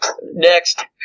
next